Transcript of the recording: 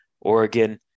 Oregon